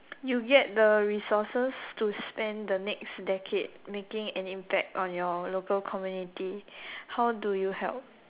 you get the resources to spend the next decade making an impact on your local community how do you help